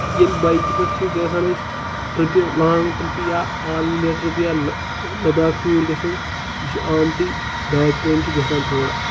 ییٚلہِ بایکہِ پٮ۪ٹھ چھِ گژھان أسۍ ٹٕرٛپہِ لانٛگ ٹٕرٛپہِ یا آل اِنڈیا ٹٕرٛپہِ یا لداخ ٹیوٗر گژھو یہِ چھُ آمتٕے بیک پین چھِ گژھان تھوڑا